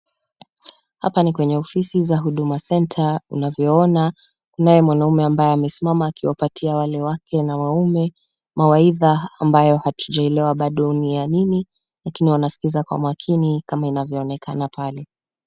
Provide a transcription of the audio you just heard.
Hapa no kwenye ofisi za huduma centre unavyoona. Kunaye mwanaume ambaye amesimama akiwapatia wale wake na waume mawaidha ambayo hatujaelewa ni ya nini lakini wanasikiza kwa makini kama inavyoonekana pale.